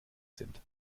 sind